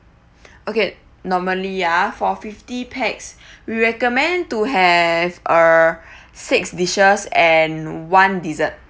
okay normally uh for fifty pax we recommend to have uh six dishes and one dessert